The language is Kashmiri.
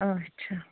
آچھا